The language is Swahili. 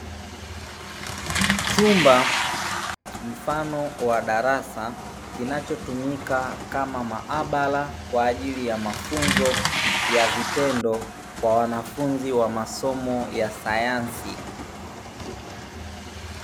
Chumba mfano wa darasa kinachotumika kama maabara kwa ajili ya mafunzo kwa vitendo kwa wanafunzi wa masomo ya sayansi.